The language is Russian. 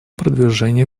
продвижении